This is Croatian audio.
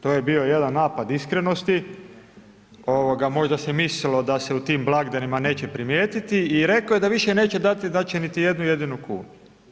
To je bio jedan napad iskrenosti, ovoga možda se mislilo da se u tim blagdanima neće primijetiti i rekao je da više neće dati znači niti jednu jedinu kunu.